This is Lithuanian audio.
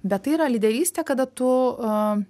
bet tai yra lyderystė kada tu